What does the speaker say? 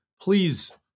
please